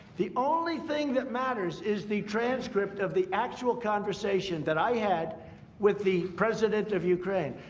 the only thing that matters is the transcript of the actual conversation that i had with the president of ukraine.